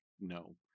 no